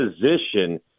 position